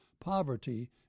poverty